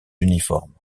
uniformes